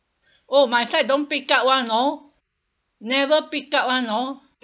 oh my side don't pick up [one] know never pick up [one] know